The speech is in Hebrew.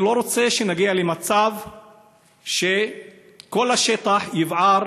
אני לא רוצה שנגיע למצב שכל השטח יבער